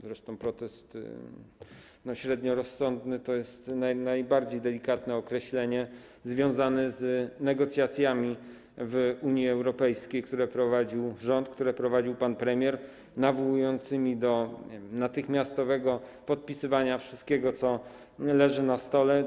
Zresztą protest był średnio rozsądny - to jest najbardziej delikatne określenie - związany z negocjacjami w Unii Europejskiej, które prowadził rząd, które prowadził pan premier, nawołujący do natychmiastowego podpisywania wszystkiego, co leży na stole.